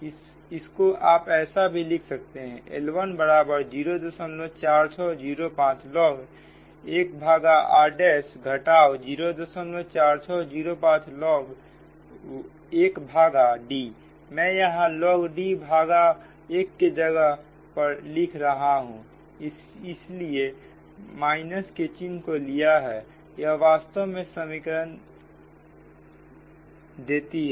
इसको आप ऐसा भी लिख सकते हैं L1 बराबर 04605 log 1 भागा r' घटाव 04605 log1 भागा Dमैं यहां logD भागा 1 के जगह पर लिख रहा हूं इसलिए के चिन्ह को लिया है यह वास्तव में समीकरण देती है